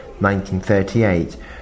1938